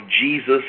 Jesus